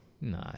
No